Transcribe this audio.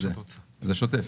זה שוטף.